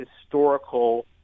historical